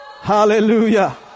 Hallelujah